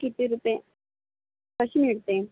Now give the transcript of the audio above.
किती रुपये कशी मिळते